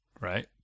right